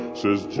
says